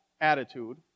attitude